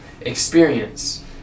experience